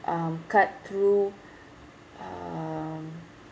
um cut through um